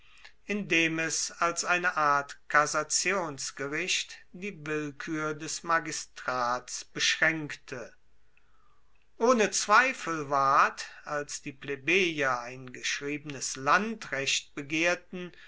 indem es als eine art kassationsgericht die willkuer des magistrats beschraenkte ohne zweifel ward als die plebejer ein geschriebenes landrecht begehrten